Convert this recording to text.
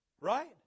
Right